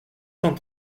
cent